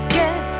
get